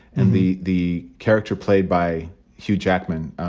and the the character played by hugh jackman,